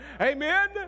amen